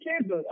kids